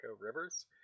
rivers